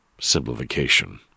simplification